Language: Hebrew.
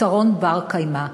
פתרון בר-קיימא.